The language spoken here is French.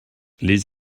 les